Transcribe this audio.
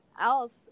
else